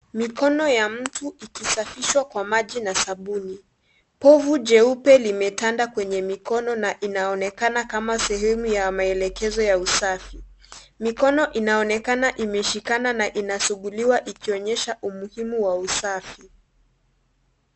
Mikono ya mtu ikisafishwa kwa maji na sabuni. Povu jeupe limetanda kwenye mikono na inaonekana kama sehemu ya maelekezo ya usafi. Mikono inaonekana imeshikana na inasuguliwa ikionyesha umuhimu wa usafi.